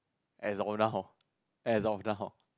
as of now hor as of now hor